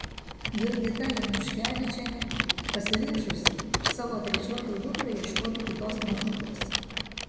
jurgita januškevičienė pasiryžusi savo trečiokei dukrai ieškoti kitos mokyklos